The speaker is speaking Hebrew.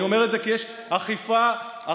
אני אומר את זה כי יש אכיפה מקילה.